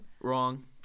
Wrong